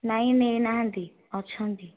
ନାଇଁ ନେଇ ନାହାନ୍ତି ଅଛନ୍ତି